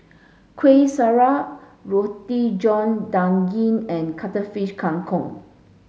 Kueh Syara Roti John Daging and Cuttlefish Kang Kong